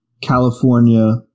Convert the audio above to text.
California